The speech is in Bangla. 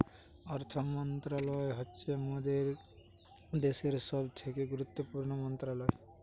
অর্থ মন্ত্রণালয় হচ্ছে মোদের দ্যাশের সবথেকে গুরুত্বপূর্ণ মন্ত্রণালয়